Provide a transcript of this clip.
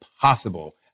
possible